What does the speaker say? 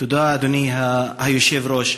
אדוני היושב-ראש,